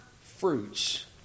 fruits